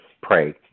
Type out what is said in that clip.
pray